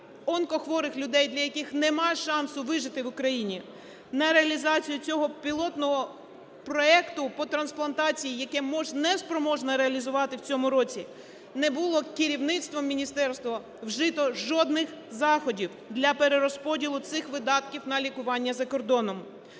онкохворих людей, для яких нема шансу вижити в Україні. На реалізацію цього пілотного проекту по трансплантації, яке МОЗ неспроможне реалізувати в цьому році, не було керівництвом міністерства вжито жодних заходів для перерозподілу цих видатків на лікування за кордоном.